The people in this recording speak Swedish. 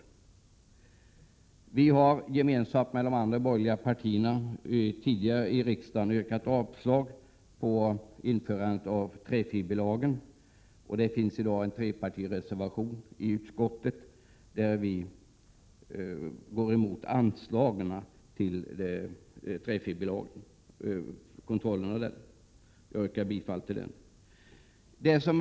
Vi har tidigare i riksdagen gemensamt med de andra borgerliga partierna yrkat avslag på införandet av träfiberlagen, och det föreligger i dag en trepartireservation till utskottets betänkande, i vilken vi går emot anslaget till tillsyn enligt träfiberlagen. Jag yrkar bifall till denna reservation.